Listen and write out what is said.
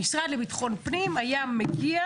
המשרד לביטחון פנים היה מגיע,